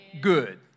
Good